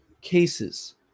cases